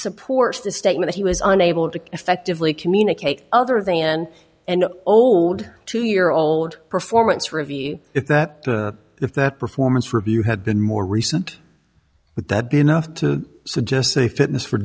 supports the statement he was unable to effectively communicate other than an old two year old performance review if that if that performance review had been more recent but that been enough to suggest a fitness for